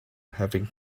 having